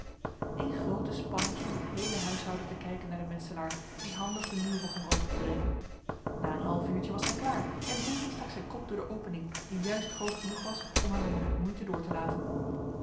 in groote spanning stond het heele huishouden te kijken naar den metselaar die handig den muur begon open te breken na een half uurtje was hij klaar en dinkie stak zijn kop door de opening die juist groot genoeg was om hem er met moeite door te laten